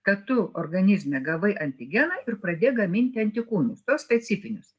kad tu organizme gavai antigeną ir pradėk gaminti antikūnus tuos specifinius